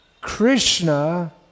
Krishna